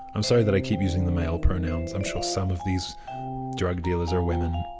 i'm sorry that i keep using the male pronouns. i'm sure some of these drug dealers are women.